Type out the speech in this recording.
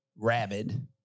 rabid